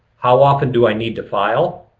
how often do i need to file?